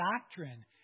doctrine